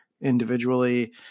individually